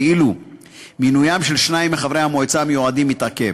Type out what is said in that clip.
ואילו מינוים של שניים מחברי המועצה המיועדים מתעכב.